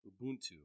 Ubuntu